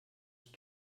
ich